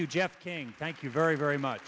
you jeff king thank you very very much